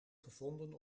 gevonden